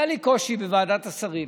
היה לי קושי בוועדת השרים.